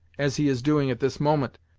as he is doing at this moment,